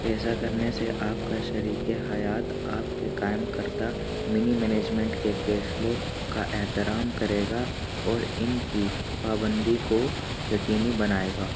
ایسا کرنے سے آپ کا شریک حیات آپ کے قائم کردہ منی مینجمنٹ کے فیصلوں کا احترام کرے گا اور ان کی پابندی کو یقینی بنائے گا